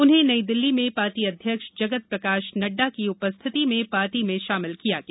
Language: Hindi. उन्हें नई दिल्ली में पार्टी अध्यक्ष जगत प्रकाश नड्डा की उपस्थिति में पार्टी में शामिल किया गया